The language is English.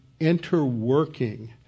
interworking